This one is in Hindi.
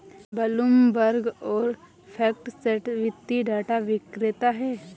ब्लूमबर्ग और फैक्टसेट वित्तीय डेटा विक्रेता हैं